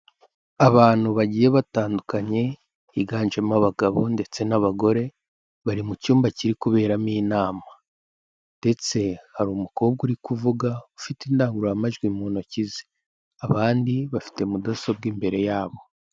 Abantu bagiye batandukanye higanjemo abagabo ndetse n'abagore, bari mu cyumba kiri kuberamo inama ndetse hari umukobwa uri kuvuga ufite indangururamajwi mu ntoki ze, abandi bafite mudasobwa imbere yabo.